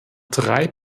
drei